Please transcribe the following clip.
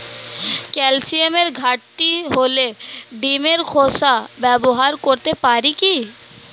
ক্যালসিয়ামের ঘাটতি হলে ডিমের খোসা ব্যবহার করতে পারি কি?